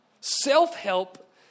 Self-help